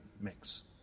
mix